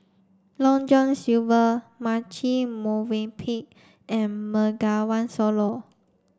Long John Silver Marche Movenpick and Bengawan Solo